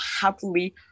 happily